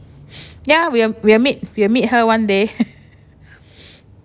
ya we will we will meet we will meet her one day